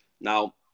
Now